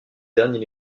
dernier